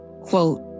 quote